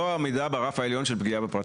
זה לא המידע ברף העליון של פגיעה בפרטיות.